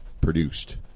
produced